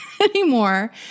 anymore